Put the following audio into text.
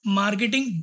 marketing